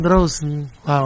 Wow